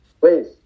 Please